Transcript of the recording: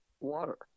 water